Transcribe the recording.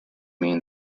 mean